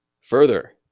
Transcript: Further